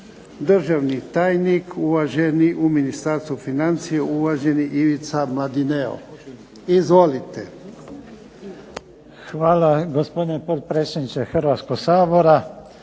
Državni tajnik u Ministarstvu financija, uvaženi Ivica Mladineo. Izvolite. **Mladineo, Ivica** Hvala gospodine potpredsjedniče Hrvatskog sabora.